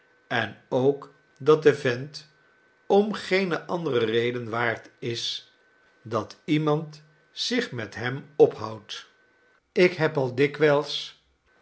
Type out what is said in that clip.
en ook dat de vent om geene andere reden waard is dat iemand zich met hem ophoudt ik heb al dikwijls